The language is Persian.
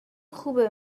خوبه